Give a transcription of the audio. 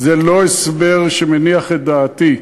זה לא הסבר שמניח את דעתי.